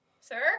Sir